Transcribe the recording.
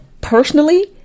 personally